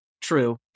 True